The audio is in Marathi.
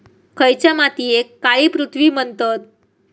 खयच्या मातीयेक काळी पृथ्वी म्हणतत?